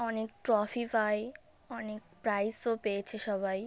অনেক ট্রফি পায় অনেক প্রাইজও পেয়েছে সবাই